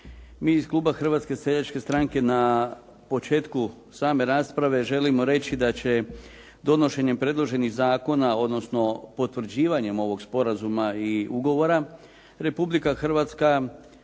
Mi iz kluba Hrvatske seljačke stranke na početku same rasprave želimo reći da će donošenjem predloženih zakona, odnosno potvrđivanjem ovog sporazuma i ugovora Republika Hrvatska